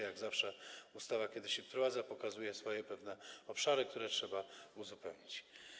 Jak zawsze ustawa, kiedy się ją wprowadza, pokazuje pewne swoje obszary, które trzeba uzupełnić.